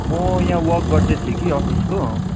म यहाँ वक गर्दै थिएँ कि अफिसको